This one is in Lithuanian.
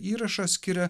įrašą skiria